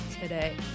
today